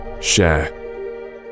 share